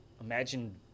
Imagine